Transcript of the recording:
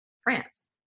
france